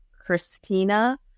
christina